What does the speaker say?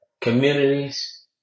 communities